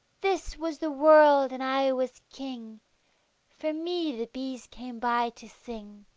this was the world and i was king for me the bees came by to sing,